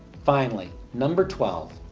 finally, number twelve,